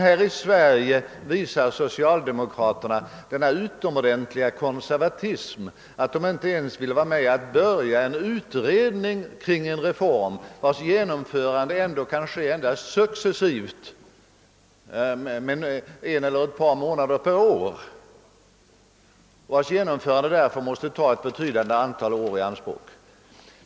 Här i Sverige visar däremot socialdemokraterna en sådan utomordentlig konservatism att de inte ens vill vara med om att börja en utredning kring en reform, vars genomförande ändå kan försiggå endast successivt och därför måste ta ett betydande antal år i anspråk.